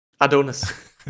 Adonis